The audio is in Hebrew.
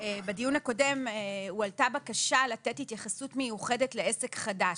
בדיון הקודם הועלתה בקשה לתת התייחסות מיוחדת לעסק חדש.